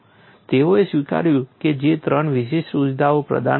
તેઓએ સ્વીકાર્યું કે જે 3 વિશિષ્ટ સુવિધાઓ પ્રદાન કરે છે